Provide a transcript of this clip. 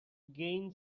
gain